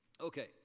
Okay